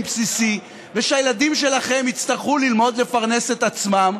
בסיסי ושהילדים שלכם יצטרכו ללמוד לפרנס את עצמם,